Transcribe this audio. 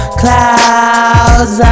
clouds